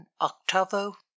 octavo